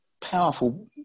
powerful